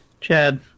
Chad